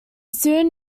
soon